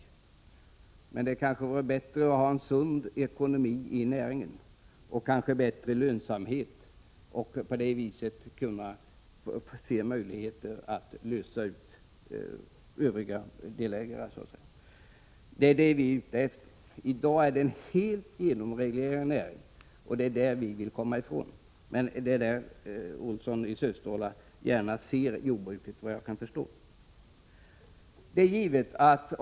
Nej, men det vore kanske bättre att ha en sund ekonomi i näringen och bättre lönsamhet, så att man därigenom såg möjligheter att lösa ut övriga delägare. Det är det vi är ute efter. I dag är jordbruket en helt genomreglerad näring. Det vill vi komma ifrån, men det är så Karl Erik Olsson gärna ser jordbruket, såvitt jag förstår.